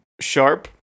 sharp